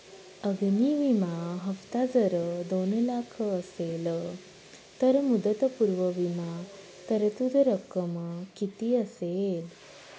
अग्नि विमा हफ्ता जर दोन लाख असेल तर मुदतपूर्व विमा तरतूद रक्कम किती असेल?